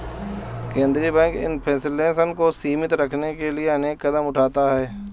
केंद्रीय bank inflation को सीमित रखने के लिए अनेक कदम उठाता है